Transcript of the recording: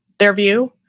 their view,